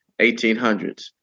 1800s